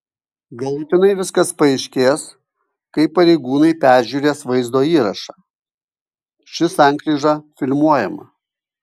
galutinai viskas paaiškės kai pareigūnai peržiūrės vaizdo įrašą ši sankryža filmuojama